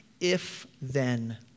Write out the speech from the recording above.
if-then